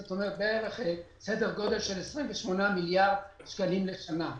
סדר גודל של כ-28 מיליארד שקלים לשנה.